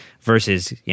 versus